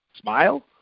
Smile